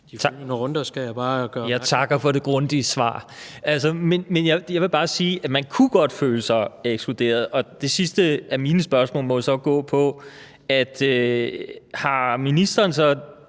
på. Kl. 16:27 Kim Valentin (V): Jeg takker for det grundige svar, men jeg vil bare sige, at man kunne godt føle sig ekskluderet. Det sidste af mine spørgsmål må så gå på, om ministeren har